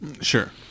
Sure